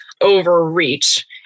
overreach